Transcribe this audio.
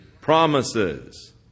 promises